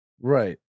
Right